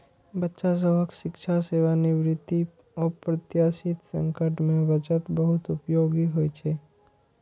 बच्चा सभक शिक्षा, सेवानिवृत्ति, अप्रत्याशित संकट मे बचत बहुत उपयोगी होइ छै